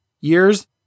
years